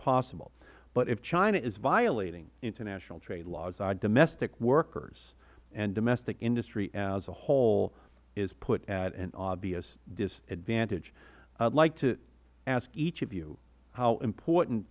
possible but if china is violating international trade laws our domestic workers and domestic industry as a whole are put at an obvious disadvantage i would like to ask each of you how important